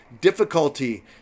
difficulty